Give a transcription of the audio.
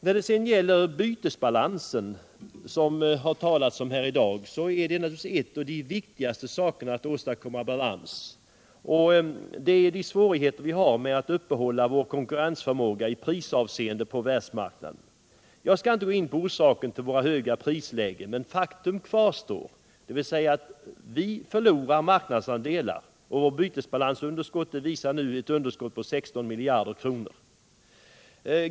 Då det sedan gäller bytesbalansen, som det talats om här i dag, är naturligtvis en av de viktigaste sakerna att åstadkomma balans därvidlag. Det är fråga om de svårigheter vi har att upprätthålla vår konkurrensförmåga i prisavseende på världsmarknaden. Jag skall inte gå in på orsaken till vårt höga prisläge, men faktum kvarstår, dvs. att vi förlorar marknadsandelar och att vår bytesbalans nu visar ett underskott på 16 miljarder kronor.